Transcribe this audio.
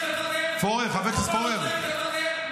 פורר, חבר הכנסת פורר.